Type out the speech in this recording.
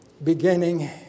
beginning